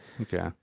Okay